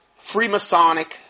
freemasonic